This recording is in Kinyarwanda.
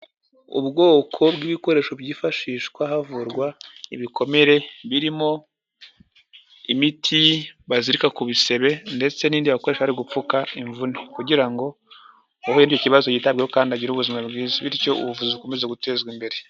Ubwoko bw'ibikoresho byifashishwa havurwa ibikomere, birimo imiti bazirika ku bisebe ndetse n'indi wakoresha hari gupfuka imvune kugira ngo uwahuye n'ikibazo yitabweho kandi agire ubuzima bwiza, bityo ubuvuzi bukomeze gutezwa imbere.